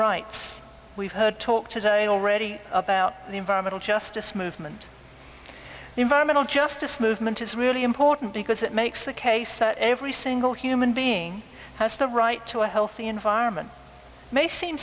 rights we've heard talk today already about the environmental justice movement environmental justice movement is really important because it makes the case that every single human being has the right to a healthy environment may seem